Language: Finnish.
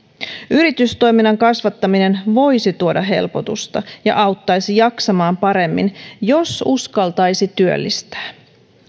yritystoiminnan kasvattaminen voisi tuoda helpotusta ja auttaisi jaksamaan paremmin jos uskaltaisi työllistää